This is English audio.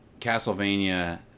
Castlevania